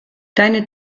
deine